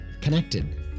connected